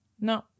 No